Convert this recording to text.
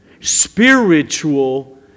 spiritual